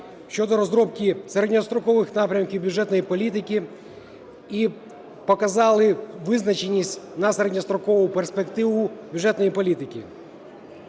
щодо розробки середньострокових напрямків бюджетної політики і показали визначеність на середньострокову перспективу бюджетної політики.